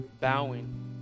bowing